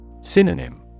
Synonym